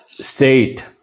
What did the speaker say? state